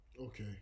Okay